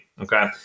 okay